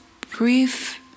brief